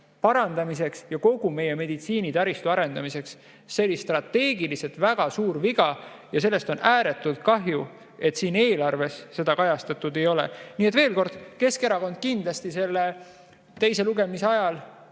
parandamiseks ja kogu meie meditsiinitaristu arendamiseks. See oli strateegiliselt väga suur viga ja on ääretult kahju, et siin eelarves seda kajastatud ei ole. Nii et veel kord: Keskerakond kindlasti selle teise lugemise ajal